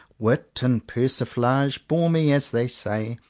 wit and persi flage bore me, as they say,